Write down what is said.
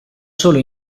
solo